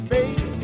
Baby